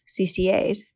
CCAs